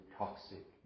toxic